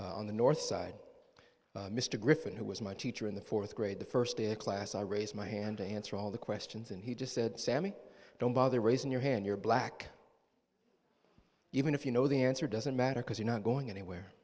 on the north side mr griffin who was my teacher in the fourth grade the first day of class i raised my hand to answer all the questions and he just said sammy don't bother raising your hand you're black even if you know the answer doesn't matter because you're not going anywhere